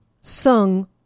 sung